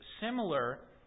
similar